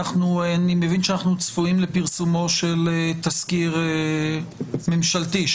אני מבין שאנחנו צפויים לפרסומו של תזכיר ממשלתי,